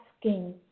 asking